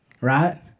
right